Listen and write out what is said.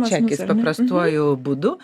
čekis paprastuoju būdu